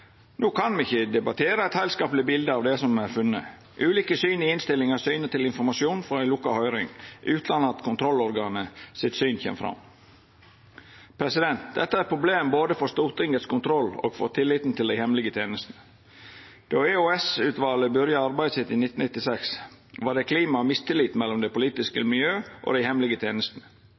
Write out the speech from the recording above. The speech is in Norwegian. No kan me ikkje debattera eit heilskapleg bilde av det som er funne. Ulike syn i innstillinga viser til informasjon frå ei lukka høyring, utan at synet til kontrollorganet kjem fram. Dette er eit problem både for Stortingets kontroll og for tilliten til dei hemmelege tenestene. Då EOS-utvalet byrja arbeidet sitt i 1996, var det eit klima av mistillit mellom det politiske miljøet og dei hemmelege tenestene.